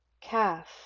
calf